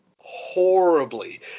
horribly